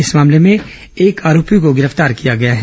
इस मामले में एक आरोपी को गिरफ्तार किया गया है